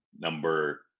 number